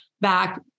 back